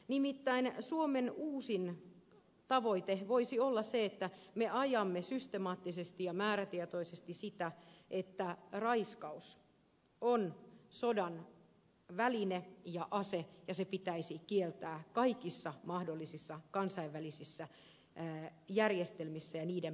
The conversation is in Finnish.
nimittäin suomen uusin tavoite voisi olla se että me ajamme systemaattisesti ja määrätietoisesti sitä että raiskaus on sodan väline ja ase ja se pitäisi kieltää kaikissa mahdollisissa kansainvälisissä järjestelmissä ja niiden päätöslauselmissa